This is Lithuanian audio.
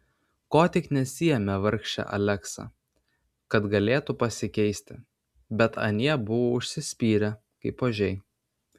ko tik nesiėmė vargšė aleksa kad galėtų pasikeisti bet anie buvo užsispyrę kaip ožiai